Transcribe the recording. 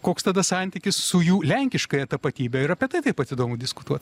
koks tada santykis su jų lenkiškąja tapatybe ir apie tai taip pat įdomu diskutuot